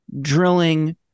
drilling